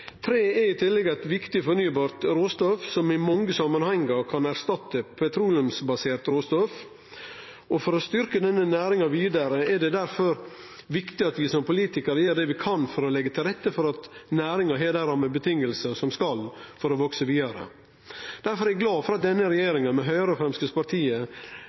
Tre er i tillegg eit viktig fornybart råstoff som i mange samanhengar kan erstatte petroleumsbasert råstoff. For å styrkje denne næringa vidare er det difor viktig at vi som politikarar gjer det vi kan for å leggje til rette for at næringa har dei rammevilkåra som skal til for å vekse vidare. Difor er eg glad for at denne regjeringa med Høgre og Framstegspartiet